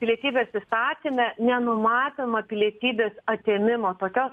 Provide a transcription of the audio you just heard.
pilietybės įstatyme nenumatoma pilietybės atėmimo tokios